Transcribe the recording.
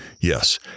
Yes